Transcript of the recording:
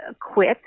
quit